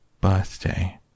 birthday